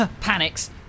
panics